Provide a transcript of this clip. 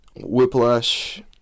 whiplash